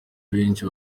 benshi